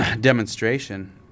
demonstration